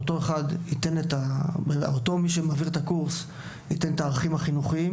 שאותו אדם שמעביר את הקורס ייתן את הערכים החינוכיים